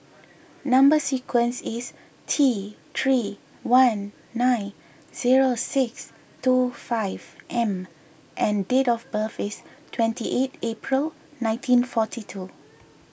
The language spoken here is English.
Number Sequence is T three one nine zero six two five M and date of birth is twenty eight April nineteen forty two